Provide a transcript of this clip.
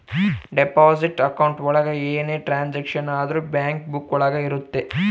deposit account ಒಳಗ ಏನೇ transaction ಆದ್ರೂ ಬ್ಯಾಂಕ್ ಬುಕ್ಕ ಒಳಗ ಇರುತ್ತೆ